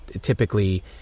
typically